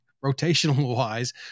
rotational-wise